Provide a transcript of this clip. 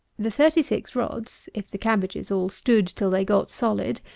the thirty six rods, if the cabbages all stood till they got solid,